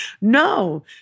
No